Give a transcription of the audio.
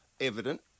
evident